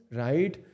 right